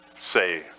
say